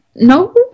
No